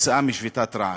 כתוצאה משביתת רעב.